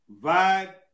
Vibe